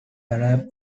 arab